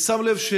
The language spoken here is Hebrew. אני שם לב,